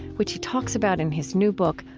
which he talks about in his new book,